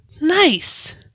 nice